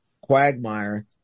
quagmire